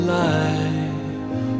life